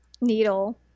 needle